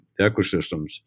ecosystems